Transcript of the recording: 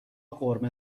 قرمه